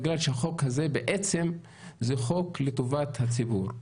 בגלל שהחוק הזה בעצם הוא חוק לטובת הציבור,